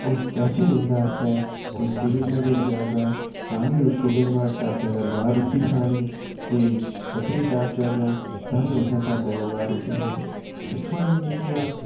ओह् स्पेशल कोई उं'दे आस्तै कोई सिरीनगर जाह्गा तां बी उस दिन नुहाड़े ढाबे दे बाहर रुट्टी खानी कोई पत्नीटॉप जाह्गा टाइम निं होंदा ऐ रुट्टी खानी इत्थुआं दियां जेह्कियां